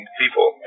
people